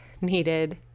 needed